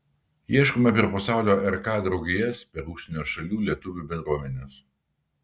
ieškoma per pasaulio rk draugijas per užsienio šalių lietuvių bendruomenes